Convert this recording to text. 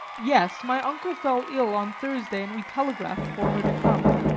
yes, my uncle fell ill on thursday, and we telegraphed for her to come.